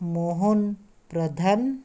Mohan Pradhan